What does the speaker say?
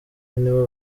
nibo